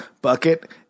bucket